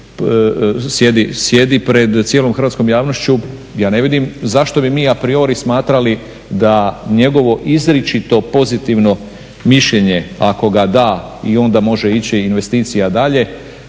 sjedi pred cijelom hrvatskom javnošću. Ja ne vidim zašto bi mi a priori smatrali da njegovo izričito pozitivno mišljenje ako ga da i onda može ići investicija dalje,